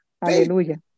Aleluya